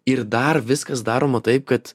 ir dar viskas daroma taip kad